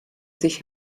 sich